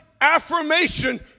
affirmation